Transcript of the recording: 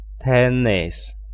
Tennis